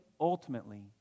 ultimately